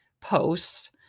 posts